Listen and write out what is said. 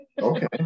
Okay